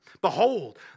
behold